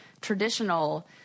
traditional